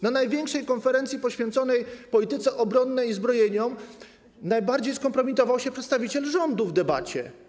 Na największej konferencji poświęconej polityce obronnej i zbrojeniom najbardziej skompromitował się przedstawiciel rządu w debacie.